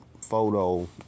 photo